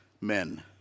men